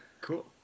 Cool